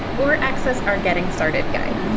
or access our getting started guide.